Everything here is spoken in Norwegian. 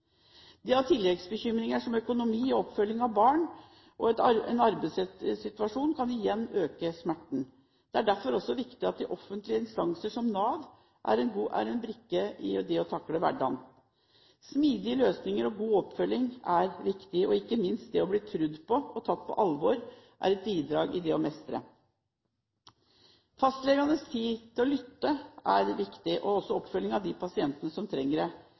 ha tilleggsbekymringer knyttet til økonomi, oppfølging av barn og arbeidssituasjon kan igjen øke smerten. Derfor er det også viktig at offentlige instanser, som Nav, er en brikke i det å takle hverdagen. Smidige løsninger og god oppfølging er viktig, og ikke minst er det å bli trodd og bli tatt på alvor et bidrag til det å mestre. Fastlegenes tid til å lytte er viktig – og også oppfølging av de pasientene som trenger det.